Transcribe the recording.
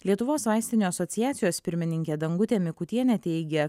lietuvos vaistinių asociacijos pirmininkė dangutė mikutienė teigia